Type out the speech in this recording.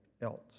else